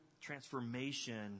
transformation